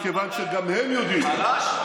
מכיוון שגם הם יודעים, חלש?